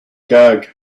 gag